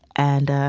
and